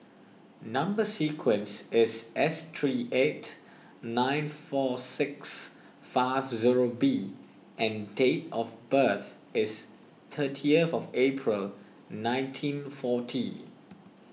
Number Sequence is S three eight nine four six five zero B and date of birth is thirtieth April nineteen forty